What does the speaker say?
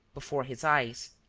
before his eyes,